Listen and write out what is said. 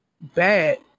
Bad